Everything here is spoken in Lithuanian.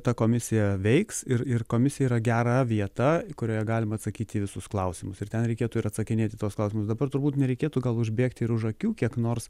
ta komisija veiks ir ir komisija yra gera vieta kurioje galima atsakyti į visus klausimus ir ten reikėtų ir atsakinėti į tuos klausimus dabar turbūt nereikėtų gal užbėgti už akių kiek nors